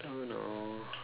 I don't know